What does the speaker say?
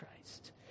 Christ